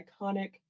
iconic